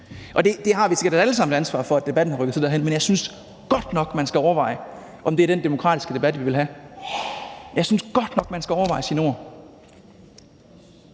Og vi har sikkert alle sammen et ansvar for, at debatten har rykket sig derhen, men jeg synes godt nok, at man skal overveje, om det er den demokratiske debat, vi vil have. Jeg synes godt nok, man skal overveje sine ord.